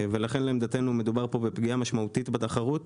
לכן לעמדתנו מדובר פה בפגיעה משמעותית בתחרות.